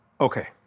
okay